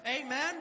Amen